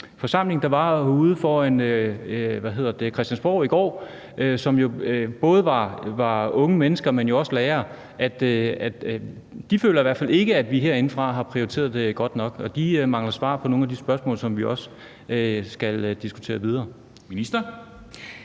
forsamling, der var herude foran Christiansborg i går, som jo både var unge mennesker, men også lærere, nemlig at de i hvert fald ikke føler, at vi herindefra har prioriteret det godt nok. Og de mangler svar på nogle af de spørgsmål, som vi også skal diskutere videre. Kl.